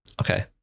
Okay